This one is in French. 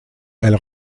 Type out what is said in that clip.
elle